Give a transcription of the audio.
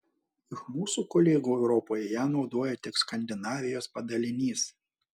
iš mūsų kolegų europoje ją naudoja tik skandinavijos padalinys